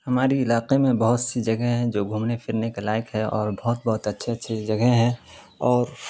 ہماری علاقے میں بہت سی جگہیں ہیں جو گھومنے پھرنے کے لائق ہے اور بہت بہت اچھے اچھی جگہیں ہیں اور